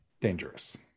dangerous